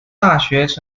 大学